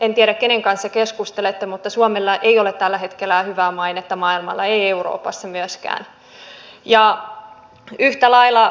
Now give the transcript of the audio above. en tiedä kenen kanssa keskustelette mutta suomella ei ole tällä hetkellä hyvää mainetta maailmalla ei euroopassa myöskään